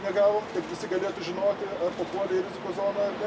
negavom kad visi galėtų žinoti ar papuolė į dispozoną ar ne